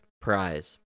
prize